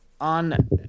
on